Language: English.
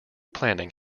planning